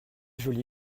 jolie